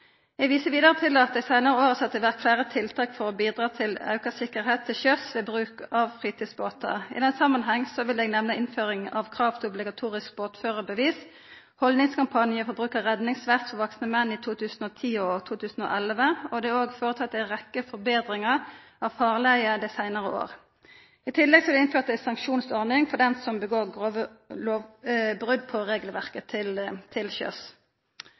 Eg viser vidare til at det dei seinare åra er sett i verk fleire tiltak for å bidra til auka sikkerheit til sjøs ved bruk av fritidsbåtar. I den samanhengen vil eg nemna innføring av krav til obligatorisk båtførarbevis og ein haldningskampanje for bruk av redningsvest for vaksne menn i 2010 og 2011. Det er òg føreteke ei rekkje forbetringar av farleier dei seinare åra. I tillegg er det innført ei sanksjonsordning for dei som gjer seg skuldige i brot på regelverket til